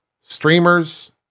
Streamers